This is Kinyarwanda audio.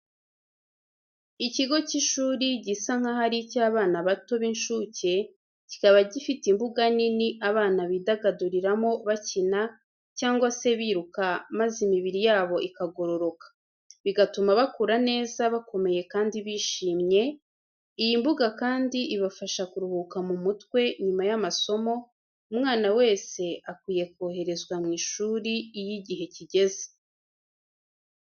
Ikigo cy'ishuri gisa nkaho ari icy'abana bato b'incuke, kikaba gifite imbuga nini abana bidagaduriramo bakina cyangwa se biruka maze imibiri yabo ikagororoka, bigatuma bakura neza bakomeye kandi bishimye, iyi mbuga kandi ibafasha kuruhuka m'umutwe nyuma y'amasomo, umwana wese akwiye koherezwa mu ishuri iyo igihe kigeze.